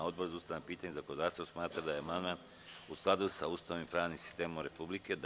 Odbor za ustavna pitanja i zakonodavstvo smatra da je amandman u skladu sa Ustavom i pravnim sistemom Republike Srbije.